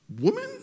woman